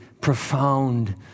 profound